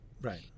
Right